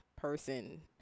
person